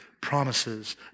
promises